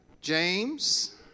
James